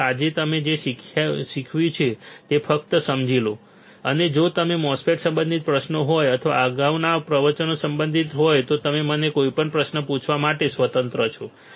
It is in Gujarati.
તેથી આજે મેં તમને જે શીખવ્યું છે તે ફક્ત સમજી લો અને જો તમને MOSFET સંબંધિત પ્રશ્નો હોય અથવા અગાઉના પ્રવચનો સંબંધિત હોય તો તમે મને કોઈપણ પ્રશ્ન પૂછવા માટે સ્વતંત્ર છો